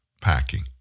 packing